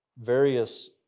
various